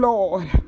Lord